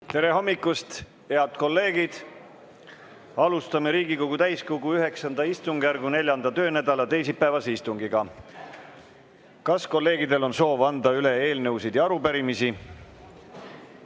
Tere hommikust, head kolleegid! Alustame Riigikogu täiskogu IX istungjärgu 4. töönädala teisipäevast istungit. Kas kolleegidel on soovi anda üle eelnõusid ja arupärimisi?